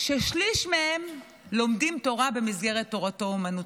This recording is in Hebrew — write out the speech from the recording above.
ששליש מהם לומדים תורה במסגרת תורתו אומנותו.